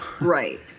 right